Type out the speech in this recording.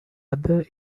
other